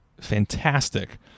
fantastic